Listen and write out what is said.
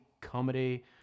comedy